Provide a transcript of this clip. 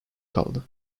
kaldı